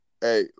Hey